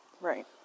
Right